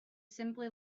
simply